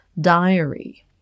diary